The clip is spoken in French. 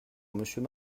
monsieur